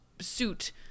Suit